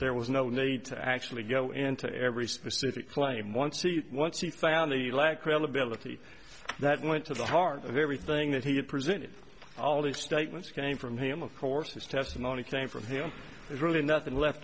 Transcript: there was no need to actually go into every specific claim one seat once he found the lack credibility that went to the heart of everything that he had presented all the statements came from him of course his testimony came from him really nothing left